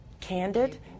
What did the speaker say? candid